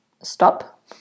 stop